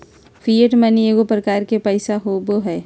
fiat money एगो प्रकार के पैसा होबो हइ